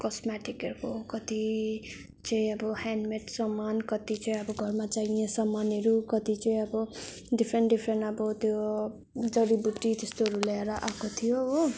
कसम्याटिकहरूको कति चाहिँ अब ह्यान्ड मेड सामान कति चाहिँ अब घरमा चाहिने सामानहरू कति चाहिँ अब डिफ्रेन्ट डिफ्रेन्ट अब त्यो जडिबुट्टी त्यस्तोहरू ल्याएर आएको थियो हो